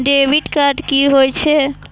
Debit card की होय छेय?